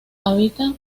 habita